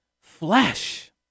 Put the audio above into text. flesh